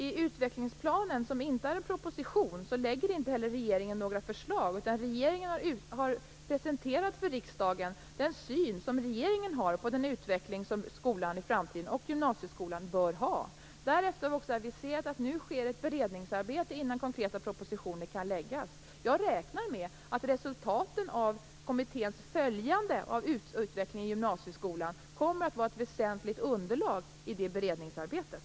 I utvecklingsplanen, som inte är en proposition, lägger inte heller regeringen fram några förslag, utan regeringen har för riksdagen presenterat sin syn på den utveckling som skolan och gymnasieskolan i framtiden bör ha. Därefter har vi också aviserat att ett beredningsarbete sker innan en konkret proposition kan läggas fram. Jag räknar med att resultaten av kommitténs följande av utvecklingen i gymnasieskolan kommer att vara ett väsentligt underlag i det beredningsarbetet.